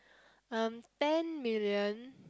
um ten million